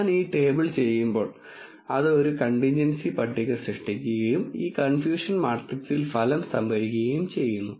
ഞാൻ ടേബിൾ ചെയ്യുമ്പോൾ അത് ഒരു കണ്ടിൻജൻസി പട്ടിക സൃഷ്ടിക്കുകയും ഈ കൺഫ്യൂഷൻ മാട്രിക്സിൽ ഫലം സംഭരിക്കുകയും ചെയ്യുന്നു